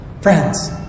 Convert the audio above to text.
friends